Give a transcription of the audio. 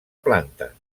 planta